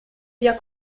via